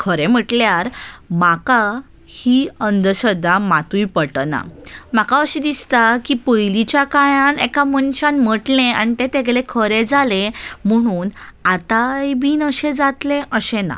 खरें म्हटल्यार म्हाका ही अंधश्रद्धा मातूय पटना म्हाका अशें दिसता की पयलींच्या काळान एका मनशान म्हटलें आनी तें तागेलें खरें जालें म्हणून आतांय बीन अशें जातलें अशें ना